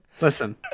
Listen